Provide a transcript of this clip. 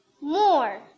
more